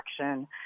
Action